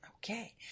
Okay